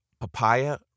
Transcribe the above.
papaya